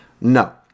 No